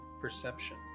perception